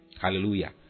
Hallelujah